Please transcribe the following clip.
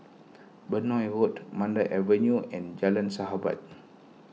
Benoi Road Mandai Avenue and Jalan Sahabat